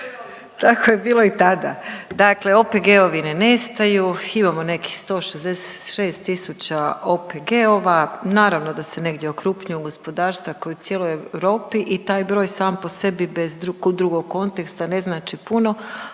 Tako je bilo i tada. Dakle, OPG-ovi ne nestaju imamo nekih 166 tisuća OPG-ova. Naravno da se negdje okrupnjuju gospodarstva ko i u cijeloj Europi i taj broj sam po sebi bez drugog konteksta ne znači puno,